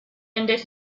ended